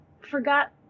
forgot